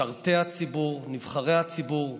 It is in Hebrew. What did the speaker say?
משרתי הציבור, נבחרי הציבור,